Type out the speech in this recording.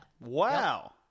Wow